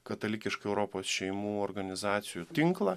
katalikišką europos šeimų organizacijų tinklą